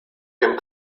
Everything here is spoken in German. dem